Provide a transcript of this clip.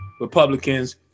Republicans